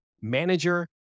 manager